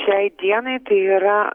šiai dienai tai yra